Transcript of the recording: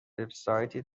وبسایتی